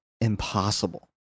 impossible